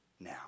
now